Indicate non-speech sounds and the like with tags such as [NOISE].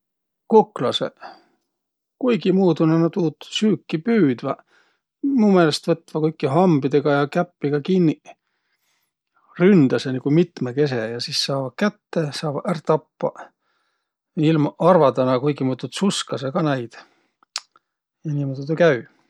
Kuklasõq? Kuigimuudu nä tuud süüki püüdväq. Mu meelest võtvaq kuigi hambidõ ja käppiga kinniq. Ründäseq nigu mitmõgese ja sis saavaq kätte, saavaq ärq tappaq. Ilmaq- arvadaq nä kuigimuudu tsuskasõq ka näid [NOISE] ja niimuudu taa käü.